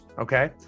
okay